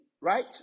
right